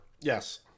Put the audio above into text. Yes